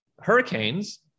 hurricanes